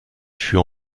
fut